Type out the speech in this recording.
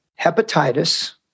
hepatitis